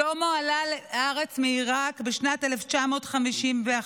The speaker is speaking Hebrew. שלמה עלה לארץ מעיראק בשנת 1951,